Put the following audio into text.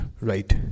right